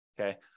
okay